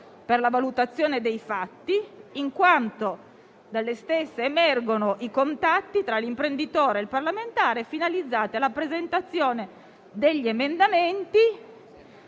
per la valutazione dei fatti, in quanto dalle stesse emergono i contatti tra l'imprenditore e il parlamentare, finalizzate alla presentazione degli emendamenti,